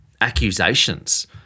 accusations